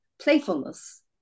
playfulness